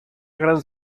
grans